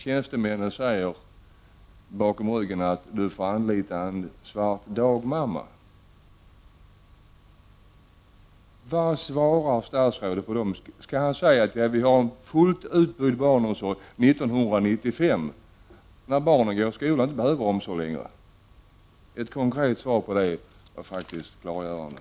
Tjänstemannen i fråga säger indirekt: Du får anlita en dagmamma som arbetar svart. Skulle statsrådet Lindqvist då svara att vi kommer att ha en fullt utbyggd barnomsorg 1995? Men då går ju barnen i skola och behöver alltså inte längre någon plats inom barnomsorgen. Ett konkret svar från statsrådet skulle faktiskt vara klargörande.